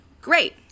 Great